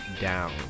down